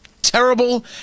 Terrible